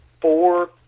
four